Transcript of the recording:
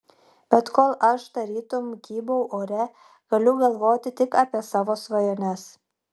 bet kol aš tarytum kybau ore galiu galvoti tik apie savo svajones